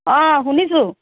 অ শুনিছোঁ